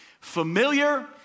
familiar